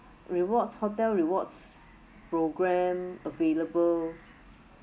rewards hotel rewards program available